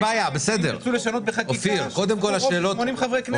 שאם ירצו לשנות בחקיקה שיהיה רוב של 80 חברי כנסת.